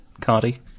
Cardi